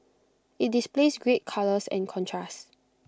IT displays great colours and contrast